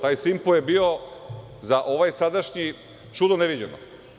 Taj „Simpo“ je bio za ovaj sadašnji čudo ne viđeno.